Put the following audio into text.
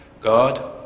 God